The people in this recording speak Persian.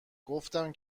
گفتم